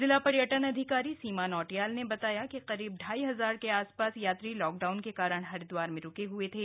जिला पर्यटन अधिकारी सीमा नौटियाल ने बताया कि करीब ढाई हजार के आसपास यात्री लॉकडाउन के कारण हरिद्वार में रुके ह्ए थे